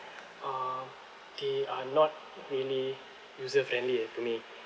uh they are not really user-friendly to me